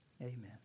Amen